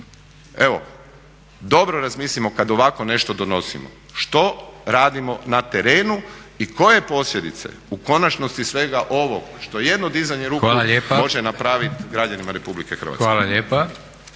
Evo, dobro razmislimo kad ovako nešto donosimo, što radimo na terenu i koje posljedice u konačnosti svega ovog što jedno dizanje ruke može napraviti građanima RH.